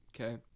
okay